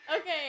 Okay